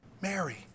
Mary